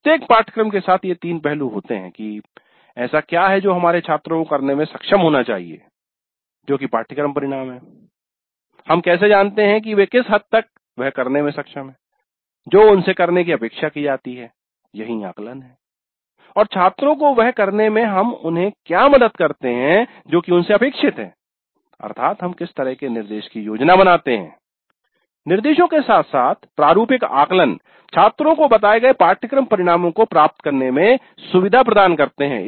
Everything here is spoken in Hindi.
प्रत्येक पाठ्यक्रम के साथ ये तीन पहलू होते हैं कि ऐसा क्या है जो हमारे छात्रों को करने में सक्षम होना चाहिए - जो कि पाठ्यक्रम परिणाम हैं हम कैसे जानते हैं कि वे किस हद तक वह करने में सक्षम हैं जो उनसे करने की अपेक्षा की जाती है यही आकलन है और छात्रों को वह करने में हम उन्हे क्या मदद करते हैं जो कि उनसे अपेक्षित है - अर्थत हम किस तरह के निर्देश की योजना बनाते हैं निर्देशो के साथ साथ प्रारूपिक आकलन छात्रों को बताए गए पाठ्यक्रम परिणामों को प्राप्त करने में सुविधा प्रदान करते हैं